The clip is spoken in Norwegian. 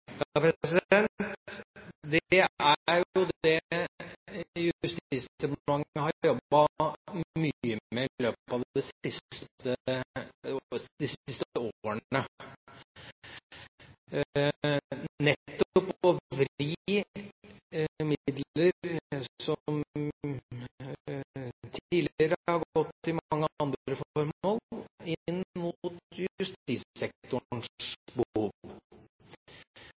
Det er jo det Justisdepartementet har jobbet mye med i løpet av de siste årene, nettopp å vri midler som tidligere har gått til mange andre formål, inn mot justissektorens behov. Jeg